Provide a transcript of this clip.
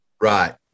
Right